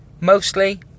Mostly